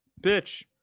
Bitch